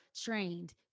trained